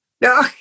No